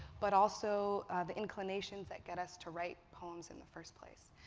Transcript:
but also the inclinations that get us to write poems in the first place.